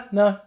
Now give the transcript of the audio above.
no